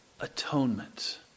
atonement